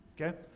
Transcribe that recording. Okay